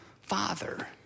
father